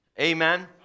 amen